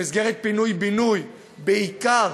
במסגרת פינוי-בינוי, בעיקר